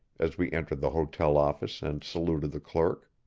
as we entered the hotel office and saluted the clerk.